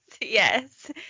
Yes